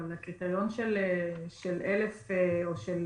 אבל קריטריון של 1,000 או של